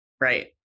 Right